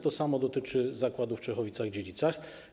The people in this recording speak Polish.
To samo dotyczy zakładów w Czechowicach-Dziedzicach.